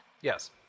Yes